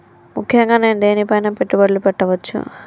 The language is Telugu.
ముఖ్యంగా నేను దేని పైనా పెట్టుబడులు పెట్టవచ్చు?